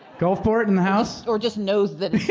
gulfport in the house. or just knows that